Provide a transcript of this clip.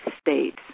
States